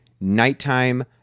nighttime